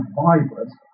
vibrant